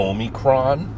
Omicron